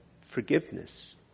forgiveness